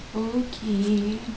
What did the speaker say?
okay